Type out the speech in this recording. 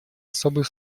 особый